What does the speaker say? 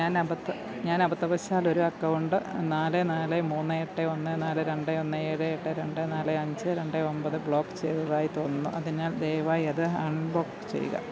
ഞാൻ അബദ്ധവശാൽ ഒരു അക്കൗണ്ട് നാല് നാല് മൂന്ന് എട്ട് ഒന്ന് നാല് രണ്ട് ഒന്ന് ഏഴ് എട്ട് രണ്ട് നാല് അഞ്ച് രണ്ട് ഒൻപത് ബ്ലോക്ക് ചെയ്തതായി തോന്നുന്നു അതിനാൽ ദയവായി അത് അൺബ്ലോക്ക് ചെയ്യുക